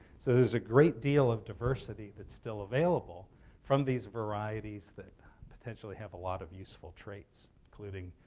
so there's a great deal of diversity that's still available from these varieties that potentially have a lot of useful traits, including